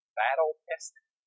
battle-tested